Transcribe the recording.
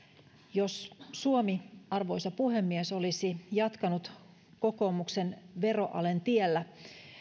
jos suomi arvoisa puhemies olisi jatkanut kokoomuksen veroalen tiellä